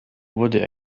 wurde